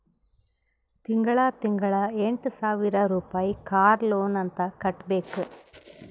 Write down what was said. ತಿಂಗಳಾ ತಿಂಗಳಾ ಎಂಟ ಸಾವಿರ್ ರುಪಾಯಿ ಕಾರ್ ಲೋನ್ ಅಂತ್ ಕಟ್ಬೇಕ್